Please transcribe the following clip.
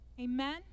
amen